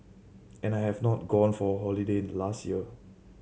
and I have not gone for holiday last year